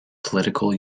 political